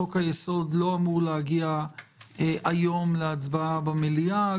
חוק-היסוד לא אמור להגיע היום להצבעה במליאה,